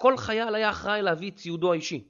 כל חייל היה אחראי להביא את ציודו אישי